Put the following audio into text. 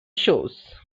shows